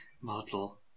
model